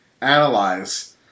analyze